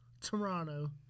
Toronto